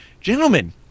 Gentlemen